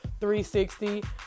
360